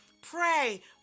pray